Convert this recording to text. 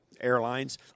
airlines